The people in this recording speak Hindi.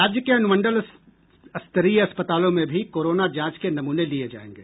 राज्य के अनुमंडल स्तरीय अस्पतालों में भी कोरोना जांच के नमूने लिये जायेंगे